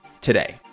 today